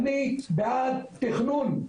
אני בעד תכנון,